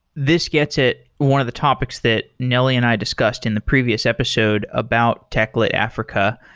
this gets it, one of the topics that nelly and i discussed in the previous episode about techlit africa,